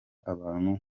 abantu